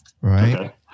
Right